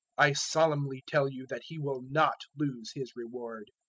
i solemnly tell you that he will not lose his reward.